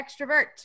extrovert